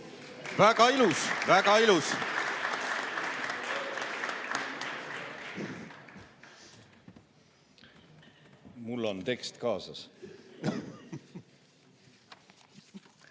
Väga ilus, väga ilus. Mul on tekst kaasas: